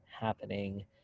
happening